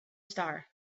star